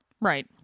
right